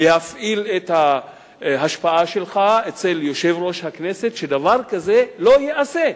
להפעיל את ההשפעה שלך אצל יושב-ראש הכנסת שדבר כזה לא ייעשה.